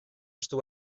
estu